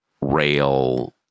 rail